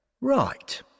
Right